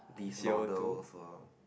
these models will